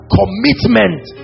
commitment